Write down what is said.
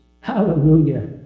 Hallelujah